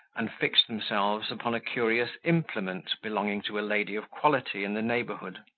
and fixed themselves upon a curious implement belonging to a lady of quality in the neighbourhood,